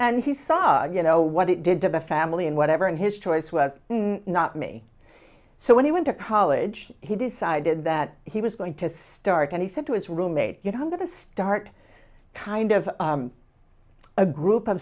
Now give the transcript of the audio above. and he saw you know what it did to the family and whatever and his choice was not me so when he went to college he decided that he was going to start and he said to his roommate you know i'm going to start kind of a group of